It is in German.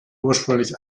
ursprünglich